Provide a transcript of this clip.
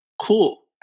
Cool